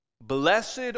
Blessed